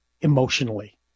emotionally